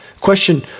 Question